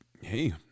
Hey